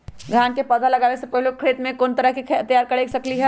धान के पौधा लगाबे से पहिले खेत के कोन तरह से तैयार कर सकली ह?